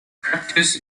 practice